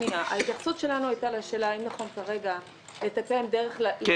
ההתייחסות שלנו הייתה לשאלה האם נכון כרגע לתקן את